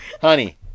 honey